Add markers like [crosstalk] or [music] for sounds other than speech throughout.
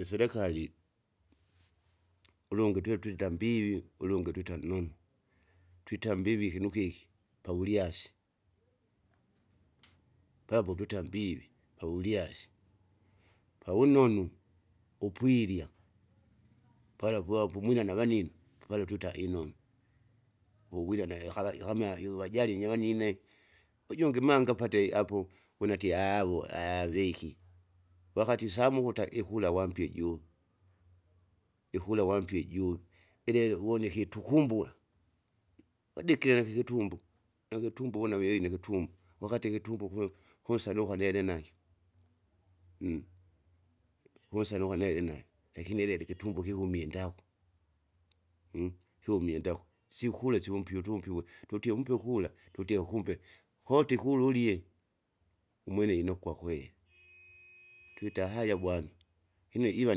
Iserekari, ulungi twetwita mbivi ulungi twita nonu, twita mbivi ikinu kiki pavulyasi. Papo tuta mbivi pavulyasi, pavunonu upwirya pala poapo umwina navanino, pala twita inonu, uwira nae akala ikama iuwajali nyavanine, ujungi maa ngapate apo wuna atie [hesitation] wu [hesitation] viki. Wakati saa mukuta ikula wampi ijungi, ikula wampi iju ileke uwoneke itukumbula, wadikile ikikitumbu, ikitumbu une wei nikitumbu wakati ikitumbu kulu kunsada ukadele nakyo, [hesitation] [noise] kunsana ukanele nakyo, lakini ilele iktumbu kihumie ndagu, [hesitation] kiumie ndagu syukula sivumpie utumpiwe, tutie umpe kura tutie kumbe koti kulu ulye. Umwene inokwa kweli [noise] twita hata bwana, ino iwa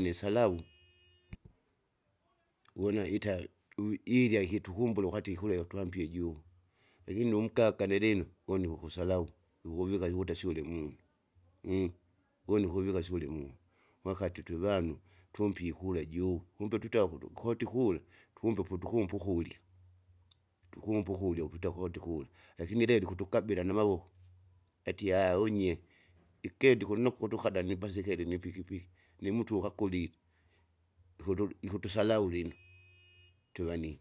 sisalau. [noise] Uwona ita u- ilya ikitu tukumbulu ukati ikula utwampie ijungu. Lakini unkaka nilino une ikukusalau ikukuvika asiu ulimunu, [hesitation] woni ikuvika asiu ullimunu wakati twevanu tumpe ikula juu, kumbe twita ukutu koti kula, tuwumbe po- tunkupa ukulya, tukumpu ukurya ukuita kotikula lakini ilebe kutikabile namavoko, atie [hesitation] unye. Ikenda ukunnoko ukutukada nibasikeli nipikipiki, nimutu ukakolile, ukutu- ikutusalau [noise] twevanine.